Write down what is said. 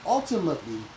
Ultimately